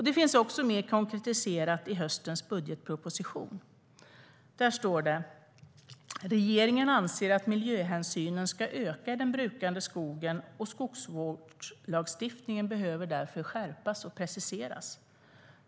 Det finns också mer konkretiserat i höstens budgetproposition. Där står att regeringen anser att miljöhänsynen ska öka i den brukade skogen, och skogsvårdslagstiftningen behöver därför skärpas och preciseras.